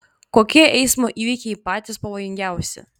kokie eismo įvykiai patys pavojingiausi